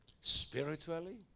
Spiritually